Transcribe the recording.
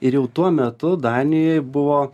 ir jau tuo metu danijoj buvo